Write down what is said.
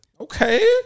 Okay